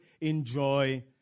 enjoy